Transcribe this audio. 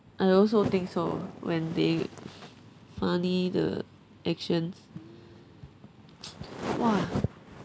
I also think so when they funny the actions !wah!